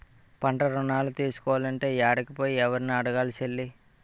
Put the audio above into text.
పంటరుణాలు తీసుకోలంటే యాడికి పోయి, యెవుర్ని అడగాలి సెల్లీ?